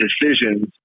decisions